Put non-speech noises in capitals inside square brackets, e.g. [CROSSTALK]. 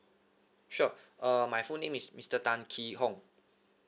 sure [BREATH] uh my full name is mister tan kee hong